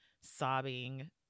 sobbing